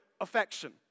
affection